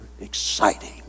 exciting